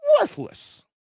worthless